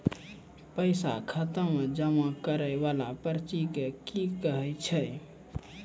पैसा खाता मे जमा करैय वाला पर्ची के की कहेय छै?